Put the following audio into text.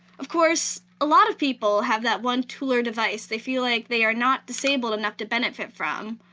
of course, a lot of people have that one tool or device they feel like they are not disabled enough to benefit from,